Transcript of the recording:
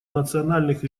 национальных